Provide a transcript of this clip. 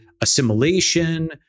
assimilation